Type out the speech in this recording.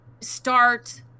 start